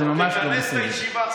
בהמשך לבקשותיי אליך,